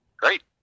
Great